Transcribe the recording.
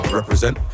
represent